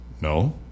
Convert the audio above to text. No